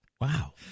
Wow